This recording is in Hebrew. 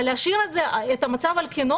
אבל להשאיר את המצב על כנו